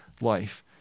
life